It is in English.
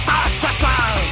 assassin